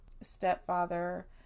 stepfather